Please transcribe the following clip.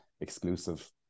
exclusive